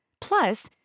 Plus